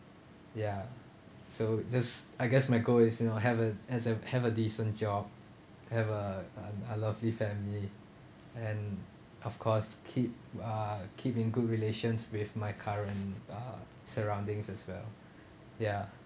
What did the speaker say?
ya so just I guess my goal is you know have a have a have a decent job have a a a lovely family and of course keep uh keep in good relations with my current uh surroundings as well ya